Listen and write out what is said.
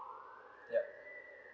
yup